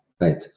Right